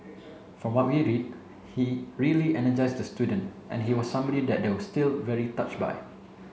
from what we read he really energized the student and he was somebody that they were still very touched by